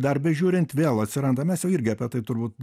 dar bežiūrint vėl atsiranda mes jau irgi apie tai turbūt